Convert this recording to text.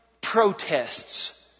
protests